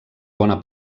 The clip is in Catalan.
bona